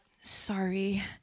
sorry